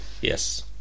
Yes